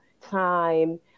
time